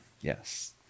yes